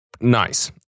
nice